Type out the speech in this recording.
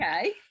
Okay